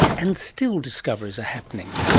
and still discoveries are happening.